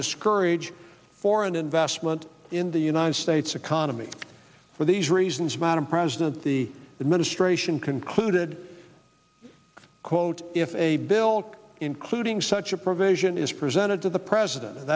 discourage foreign investment in the united states economy for these reasons madam president the administration concluded quote if a bill including such a provision is presented to the president